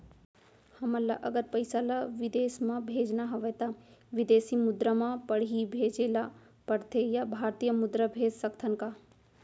हमन ला अगर पइसा ला विदेश म भेजना हवय त विदेशी मुद्रा म पड़ही भेजे ला पड़थे या भारतीय मुद्रा भेज सकथन का?